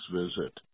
visit